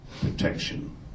protection